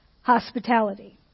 hospitality